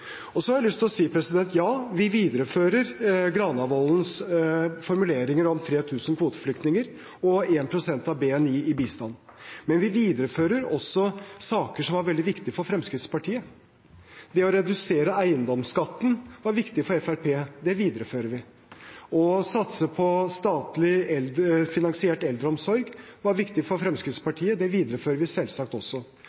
Så har jeg lyst til å si: Ja, vi viderefører Granavolden-plattformens formuleringer om 3 000 kvoteflyktninger og 1 pst. av BNI i bistand, men vi viderefører også saker som var veldig viktige for Fremskrittspartiet. Det å redusere eiendomsskatten var viktig for Fremskrittspartiet. Det viderefører vi. Å satse på statlig finansiert eldreomsorg var viktig for